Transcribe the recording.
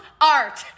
art